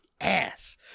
Ass